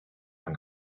and